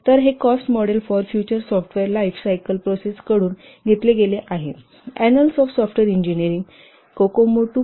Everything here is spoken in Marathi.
तर हे cost model for future software life cycle प्रोसेसकडून घेतले गेले आहेः analysis of software engineering COCOMO 2